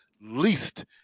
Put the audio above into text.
least